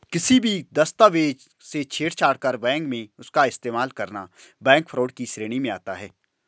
किसी भी दस्तावेज से छेड़छाड़ कर बैंक में उसका इस्तेमाल करना बैंक फ्रॉड की श्रेणी में आता है